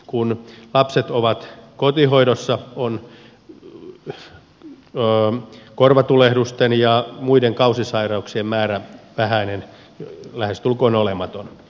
kun lapset ovat kotihoidossa on korvatulehdusten ja muiden kausisairauksien määrä vähäinen lähestulkoon olematon